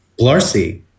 Blarcy